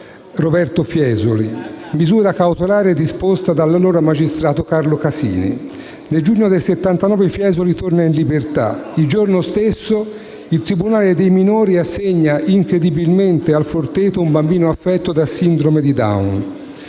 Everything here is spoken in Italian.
Roberto Fiesoli. Misura cautelare disposta dall'allora magistrato Carlo Casini. Nel giugno del 1979 Fiesoli torna in libertà. Il giorno stesso il tribunale dei minori assegna, incredibilmente, al Forteto un bambino affetto da sindrome di Down: